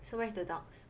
okay so where is the dogs